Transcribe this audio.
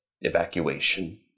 evacuation